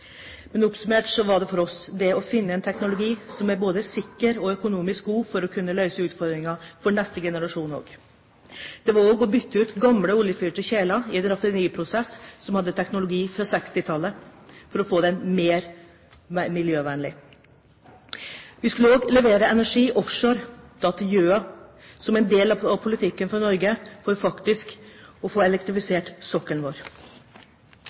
Men oppsummert så skulle vi finne en teknologi som er både sikker og økonomisk god for å kunne møte utfordringer, også for neste generasjon. Det var også å bytte ut gamle, oljefyrte kjeler i en raffineriprosess som hadde teknologi fra 1960-tallet, for å få det mer miljøvennlig. Vi skulle også levere energi offshore, til Gjøa, som en del av Norges politikk for faktisk å få elektrifisert sokkelen vår.